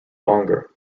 longer